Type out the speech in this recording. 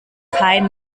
kein